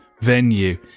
venue